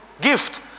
gift